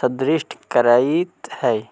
सुदृढ़ करीइत हई